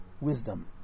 wisdom